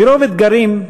מרוב אתגרים,